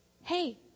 hey